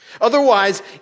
Otherwise